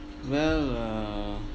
well err